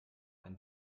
ein